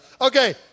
Okay